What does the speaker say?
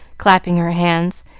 clapping her hands,